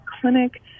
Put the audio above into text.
clinic